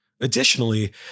Additionally